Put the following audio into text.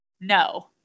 no